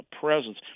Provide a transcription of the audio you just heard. presence